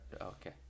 Okay